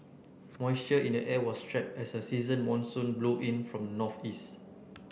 moisture in the air was trapped as a season monsoon blew in from the northeast